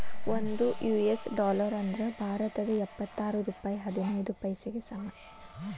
ಒಂದ್ US dollar ಅಂದ್ರ ಭಾರತದ್ ಎಪ್ಪತ್ತಾರ ರೂಪಾಯ್ ಹದಿನೈದ್ ಪೈಸೆಗೆ ಸಮ